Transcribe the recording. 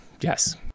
yes